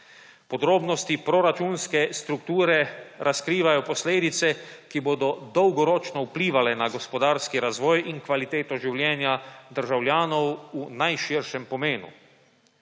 Podrobnosti proračunske strukture razkrivajo posledice, ki bodo dolgoročno vplivale na gospodarski razvoj in kvaliteto življenja državljanov v najširšem pomenu.